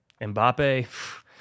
Mbappe